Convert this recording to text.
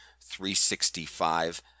365